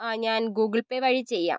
ആ ഞാൻ Google Pay വഴി ചെയ്യാം